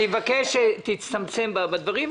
אני מבקש לתמצת את הדברים,